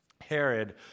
Herod